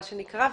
מה שנקרא,